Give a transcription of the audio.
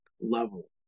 level